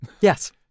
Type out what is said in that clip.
Yes